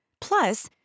Plus